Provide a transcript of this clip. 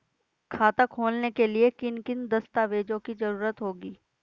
खाता खोलने के लिए किन किन दस्तावेजों की जरूरत होगी?